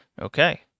Okay